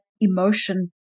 emotion